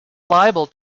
liable